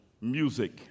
music